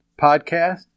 podcast